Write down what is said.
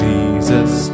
Jesus